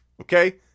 Okay